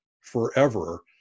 forever